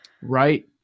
Right